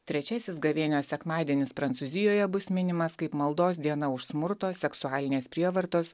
trečiasis gavėnios sekmadienis prancūzijoje bus minimas kaip maldos diena už smurto seksualinės prievartos